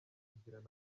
kugirana